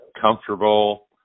comfortable